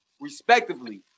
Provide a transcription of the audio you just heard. Respectively